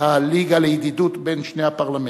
הליגה לידידות בין שני הפרלמנטים.